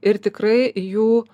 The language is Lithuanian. ir tikrai jų